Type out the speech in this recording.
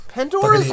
Pandora